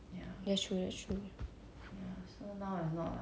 mmhmm actually like 如果你要要 like 要 like 来养一只 like